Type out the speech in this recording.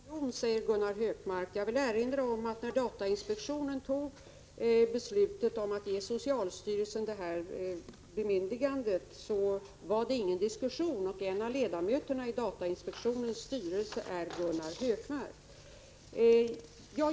Herr talman! Det lönar sig med opinion, säger Gunnar Hökmark. Jag vill erinra om att när datainspektionen fattade beslutet om att ge socialstyrelsen detta bemyndigande, så var det ingen diskussion — och en av ledamöterna i datainspektionens styrelse är Gunnar Hökmark.